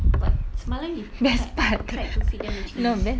but semalam you tried tried to feed them the chicken mous~